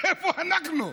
איפה אנחנו?